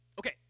Okay